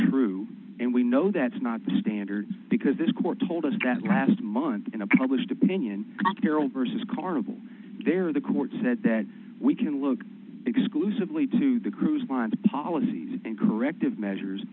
true and we know that's not the standard because this court told us that last month in a published opinion carol versus carnival there the court said that we can look exclusively to the cruise line policies and corrective measures